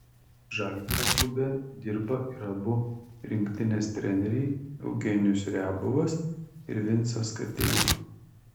žalgirio klube dirba ir abu rinktinės treneriai eugenijus riabovas ir vincas kateiva